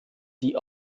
die